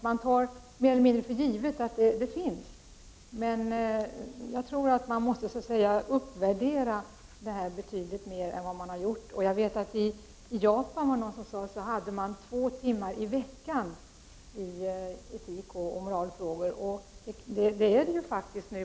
Man tycks ta mer eller mindre för givet att det alltså finns med, men jag tror att man måste värdera detta högre än vad som hittills har gjorts. I Japan t.ex. har man två timmars undervisning i veckan i etikoch moralfrågor.